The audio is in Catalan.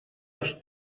els